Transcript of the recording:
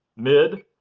mid,